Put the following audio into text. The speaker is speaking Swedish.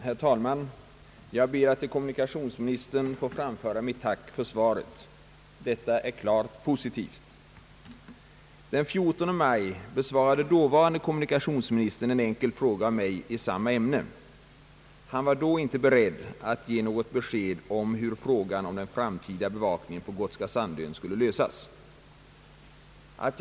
Herr talman! Jag ber att till kommu nikationsministern få framföra mitt tack för svaret. Detta är klart positivt. Den 14 maj besvarade dåvarande kommunikationsministern en enkel fråga av mig i samma ämne. Han var då inte beredd att ge något besked om hur frågan om den framtida bevakningen på Gotska Sandön kunde komma att lösas.